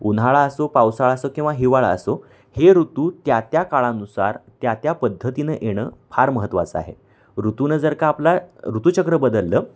उन्हाळा असो पावसाळा असो किंवा हिवाळा असो हे ऋतू त्या त्या काळानुसार त्या त्या पद्धतीनं येणं फार महत्त्वाचं आहे ऋतूनं जर का आपला ऋतूचक्र बदललं